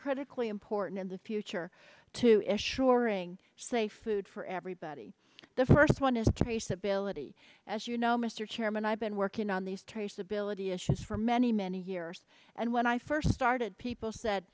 critically important in the future two ish roaring safe food for everybody the first one is traceability as you know mr chairman i've been working on these traceability issues for many many years and when i first started people said